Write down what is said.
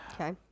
okay